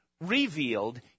Revealed